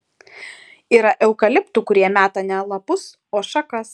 yra eukaliptų kurie meta ne lapus o šakas